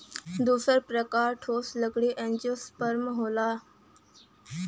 दूसर प्रकार ठोस लकड़ी एंजियोस्पर्म होला